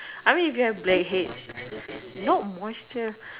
I mean if you have blackheads no moisture